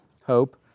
hope